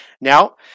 Now